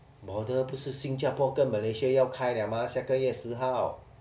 border 不是新加坡跟 malaysia 要开 liao 吗下个月十号